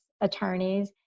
attorneys